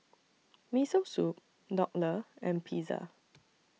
Miso Soup Dhokla and Pizza